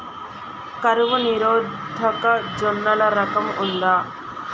కరువు నిరోధక జొన్నల రకం ఉందా?